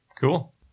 Cool